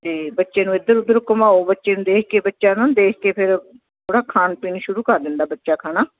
ਅਤੇ ਬੱਚੇ ਨੂੰ ਇੱਧਰ ਉੱਧਰ ਘੁੰਮਾਓ ਬੱਚੇ ਨੂੰ ਦੇਖ ਕੇ ਬੱਚਾ ਨਾ ਦੇਖ ਕੇ ਫਿਰ ਥੋੜ੍ਹਾ ਖਾਣ ਪੀਣ ਸ਼ੁਰੂ ਕਰ ਦਿੰਦਾ ਬੱਚਾ ਖਾਣਾ